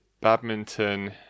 badminton